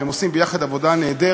והם עושים יחד עבודה נהדרת.